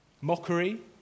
Mockery